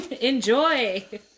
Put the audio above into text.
Enjoy